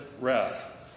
wrath